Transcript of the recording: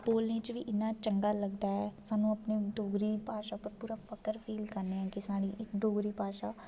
बोलने च बी इन्ना चंगा लगदा ऐ सानू अपनी डोगरी भाशा पर पूरा फक्र फील करने आं कि इक साढ़ी डोगरी भाशा